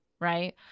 right